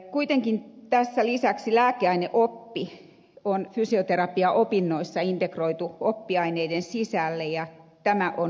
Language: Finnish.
kuitenkin lääkeaineoppi on fysioterapiaopinnoissa integroitu oppiaineiden sisälle ja tämä on